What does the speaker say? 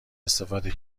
استفاده